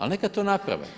Ali neka to naprave.